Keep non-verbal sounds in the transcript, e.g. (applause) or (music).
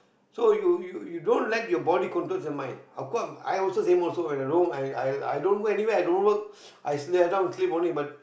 so you you you don't let your body controls your mind how come I also them also alone I I i don't go anywhere i don't work (breath) I sleep I every time sleep only but